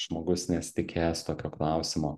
žmogus nesitikėjęs tokio klausimo